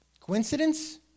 Coincidence